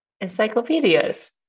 encyclopedias